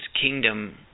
kingdom